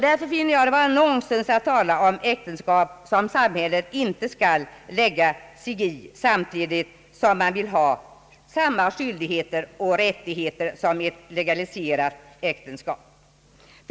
Därför finner jag det vara nonsens att tala om äktenskap som samhället inte skall lägga sig i, samtidigt som man vill ha samma skyldigheter och rättigheter som ett legaliserat äktenskap.